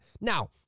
Now